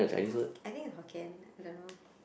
hok~ I think it's Hokkien I don't know